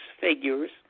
figures